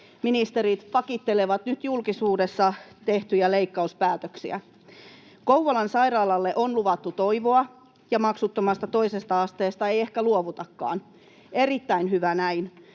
Ministerit pakittelevat nyt julkisuudessa tehtyjä leikkauspäätöksiä. Kouvolan sairaalalle on luvattu toivoa, ja maksuttomasta toisesta asteesta ei ehkä luovutakaan. Erittäin hyvä näin